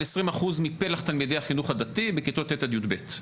20% מפלח תלמידי החינוך הדתי בכיתות ט' עד יב'.